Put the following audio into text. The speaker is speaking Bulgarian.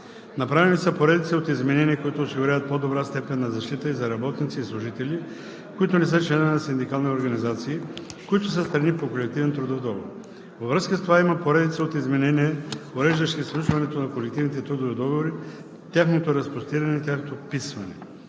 Направени са поредица от изменения, които осигуряват по-добра степен на защита и за работници и служители, които не са членове на синдикални организации, които са страни по колективния трудов договор. Във връзка с това има поредица от изменения, уреждащи сключването на колективните трудови договори, тяхното разпростиране и тяхното вписване.